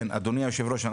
אדוני היושב ראש,